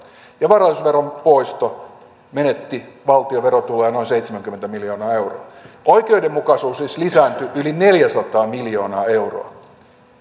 ja varallisuusveron poisto laski valtion verotuloja noin seitsemänkymmentä miljoonaa euroa oikeudenmukaisuus siis lisääntyi yli neljäsataa miljoonaa euroa